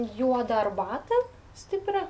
juodą arbatą stiprią